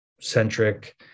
centric